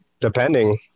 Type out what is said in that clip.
depending